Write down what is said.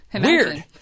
Weird